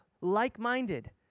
like-minded